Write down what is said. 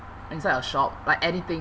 inside a shop like anything